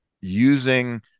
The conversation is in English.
using